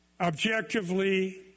objectively